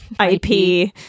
IP